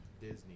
Disney